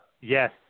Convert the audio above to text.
Yes